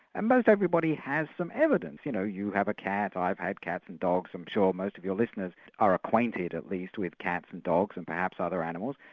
and most everybody has some evidence. you know, you have a cat, i've had cats and dogs, and i'm sure most of your listeners are acquainted at least with cats and dogs and perhaps other animals,